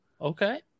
Okay